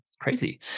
Crazy